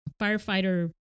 Firefighter